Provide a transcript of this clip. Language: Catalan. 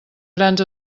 grans